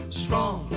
strong